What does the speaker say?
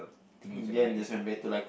things you're gonna eat